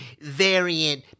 variant